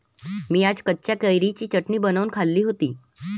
मी आज कच्च्या कैरीची चटणी बनवून खाल्ली होती